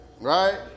right